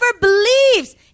believes